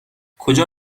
کجا